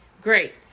great